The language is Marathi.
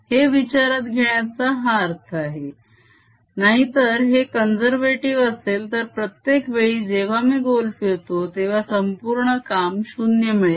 हे विचारात घेण्याचा हा अर्थ आहे नाहीतर हे कॉन्झेरवेटीव असेल तर प्रत्येक वेळी जेव्हा मी गोल फिरतो तेव्हा संपूर्ण काम 0 मिळेल